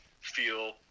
feel